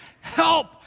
help